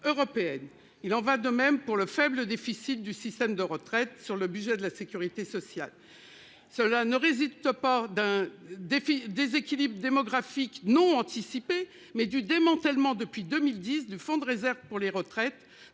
européenne. Il en va de même pour le faible, déficit du système de retraites sur le budget de la Sécurité sociale. Cela ne réside Topor d'un défi déséquilibre démographique non anticipée mais du démantèlement depuis 2010 du fonds de réserve pour les retraites